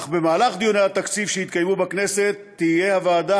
אך במהלך דיוני התקציב שיתקיימו בכנסת תהיה הוועדה